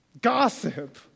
gossip